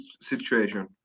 situation